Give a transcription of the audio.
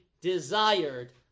desired